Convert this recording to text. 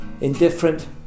indifferent